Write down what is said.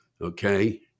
okay